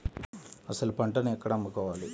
అసలు పంటను ఎక్కడ అమ్ముకోవాలి?